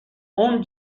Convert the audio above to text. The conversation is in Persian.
اون